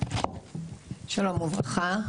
שלום וברכה.